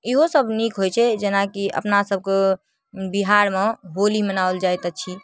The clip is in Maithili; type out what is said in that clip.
इहोसब नीक होइ छै जेनाकि अपनासभके बिहारमे होली मनाओल जाइत अछि